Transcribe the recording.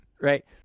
Right